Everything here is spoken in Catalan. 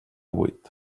vuit